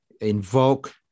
invoke